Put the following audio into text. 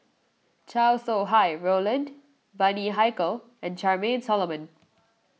Chow Sau Hai Roland Bani Haykal and Charmaine Solomon